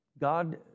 God